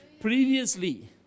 Previously